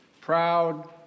proud